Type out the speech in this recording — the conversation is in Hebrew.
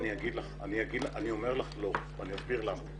אני אומר לך לא ואני אסביר למה.